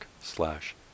slash